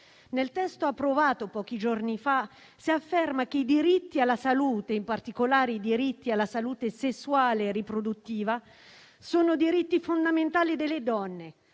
Nel testo approvato pochi giorni fa si afferma che i diritti alla salute, in particolare i diritti alla salute sessuale e riproduttiva, sono diritti fondamentali delle donne,